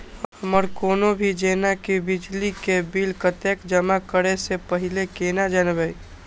हमर कोनो भी जेना की बिजली के बिल कतैक जमा करे से पहीले केना जानबै?